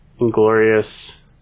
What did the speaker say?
Inglorious